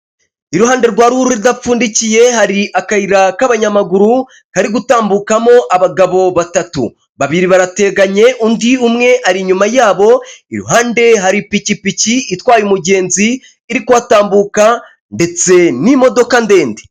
Iruhande rwa ruhurura idapfundikiye hari akayira k'abanyamaguru kari gutambukamo abagabo batatu, babiri barateganye undi umwe ari inyuma yabo, iruhande hari ipikipiki itwaye umugenzi iri kubatambuka ndetse n'imodoka ndende.